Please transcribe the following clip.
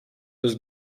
was